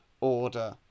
order